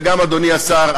וגם אדוני השר,